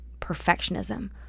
perfectionism